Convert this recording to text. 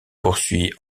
poursuit